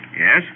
Yes